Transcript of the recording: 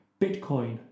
Bitcoin